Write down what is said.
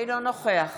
נוכח